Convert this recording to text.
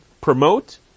promote